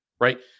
right